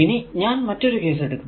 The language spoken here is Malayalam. ഇനി ഞാൻ മറ്റൊരു കേസ് എടുക്കുന്നു